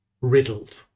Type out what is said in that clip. riddled